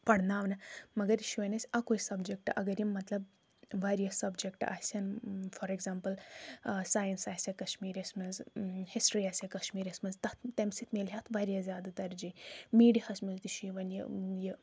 پرناونہٕ مگر یہِ چھُ وۄنۍ اَسہِ اکُے سبجکٹ اگر یِم مطلب واریاہ سبجکٹ آسہِ ہَن فار ایٚکزامپٕل ساینس آسہِ ہا کشمیری یس منٛز ہسٹری آسہِ ہا کشمیری یس منٛز تتھ تمہِ سۭتۍ مِلہِ ہا اَتھ واریاہ زیادٕ ترجی میڈیا ہس منٛز تہِ چھُ یِوان یہِ یہِ